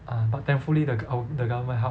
um but thankfully the our the government help